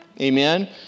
Amen